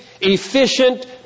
efficient